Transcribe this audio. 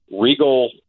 Regal